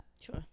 Sure